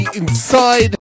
inside